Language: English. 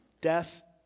death